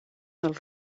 del